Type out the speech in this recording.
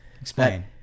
Explain